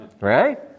right